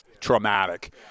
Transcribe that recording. Traumatic